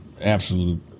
absolute